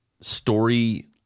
story